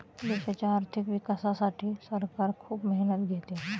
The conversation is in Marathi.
देशाच्या आर्थिक विकासासाठी सरकार खूप मेहनत घेते